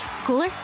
Cooler